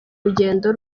rugendo